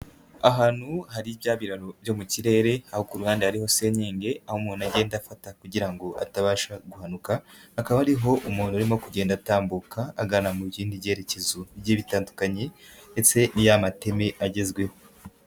Ahantu hari bya biraro byo mu kirere, aho ku ruhande hariho senkenge, aho umuntu agenda afata kugira atabasha guhanuka, hakaba hariho umuntu urimo kugenda atambuka, agana mu bindi byerekezo bigiye bitandukanye ndetse ni ya mateme agezweho.